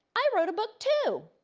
i wrote a book, too.